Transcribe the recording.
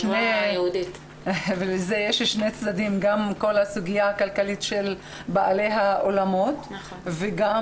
שני עניינים: גם כל הסוגיה הכלכלית של בעלי האולמות וגם